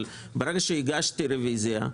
אבל ברגע שהגשתי רביזיה,